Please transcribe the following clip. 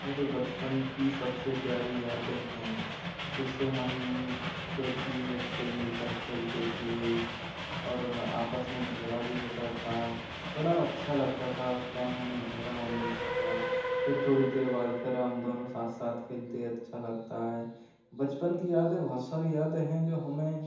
मेरे बचपन की सब से प्यारी यादें हैं जिससे हम दो तीन बच्चे मिलकर खेलते थे और आपस में झगड़ा भी होता था बड़ा अच्छा लगता था उस टाइम हम में झगड़ा होता था फिर थोड़ी देर बाद फिर हम दोनों साथ साथ खेलते अच्छा लगता है बचपन की यादें बहुत सारी यादें हैं जो हमें